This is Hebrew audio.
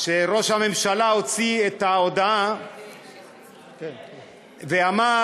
שראש הממשלה הוציא את ההודעה ואמר,